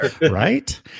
right